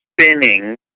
spinning